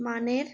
মানের